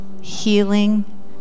healing